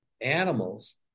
animals